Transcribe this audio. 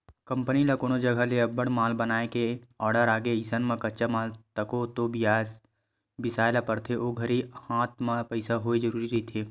company ल कोनो जघा ले अब्बड़ माल बनाए के आरडर आगे अइसन म कच्चा माल तको तो बिसाय ल परथे ओ घरी हात म पइसा होवई जरुरी रहिथे